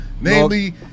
Namely